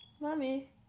Mommy